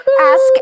Ask